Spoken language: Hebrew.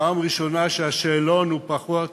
פעם ראשונה שהשאלון הוא פחות